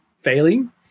failing